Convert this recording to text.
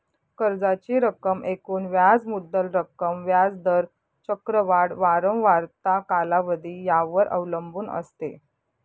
कर्जाची रक्कम एकूण व्याज मुद्दल रक्कम, व्याज दर, चक्रवाढ वारंवारता, कालावधी यावर अवलंबून असते